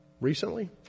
recently